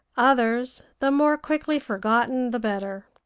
others the more quickly forgotten the better.